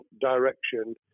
direction